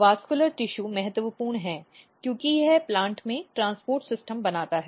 vascular tissue महत्वपूर्ण है क्योंकि यह प्लांट में ट्रांसपोर्ट सिस्टम बनाता है